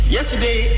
Yesterday